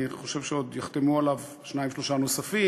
אני חושב שעוד יחתמו עליו שניים-שלושה נוספים.